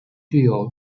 具有